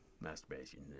masturbation